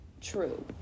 true